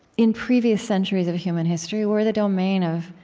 in previous centuries of human history, were the domain of,